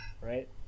right